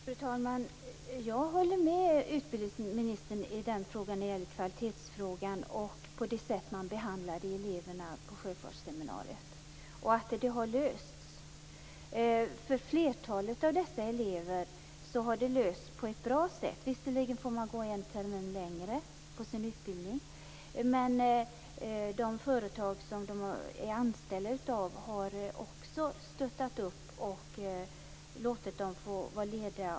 Fru talman! Jag håller med utbildningsministern i fråga om kvaliteten och det sätt på vilket man behandlade eleverna på Sjöfartsseminariet och att detta har lösts. För flertalet av dessa elever har det lösts på ett bra sätt. Visserligen får de gå en termin längre på sin utbildning, men de företag som de är anställda av har stöttat dem och låtit dem vara lediga.